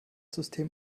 system